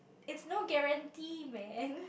it's no guarantee man